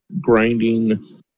grinding